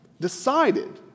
decided